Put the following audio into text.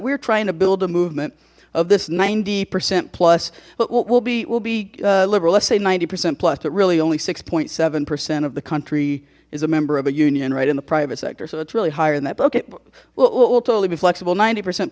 we're trying to build a movement of this ninety percent plus but what will be will be liberal let's say ninety percent plus but really only six seven percent of the country is a member of a union right in the private sector so it's really higher than that okay well totally be flexible ninety percent